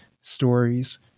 Stories